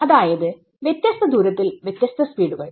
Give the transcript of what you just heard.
അതായത് വ്യത്യസ്ത ദൂരത്തിൽ വ്യത്യസ്ത സ്പീഡുകൾ